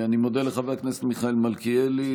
אני מודה לחבר הכנסת מיכאל מלכיאלי.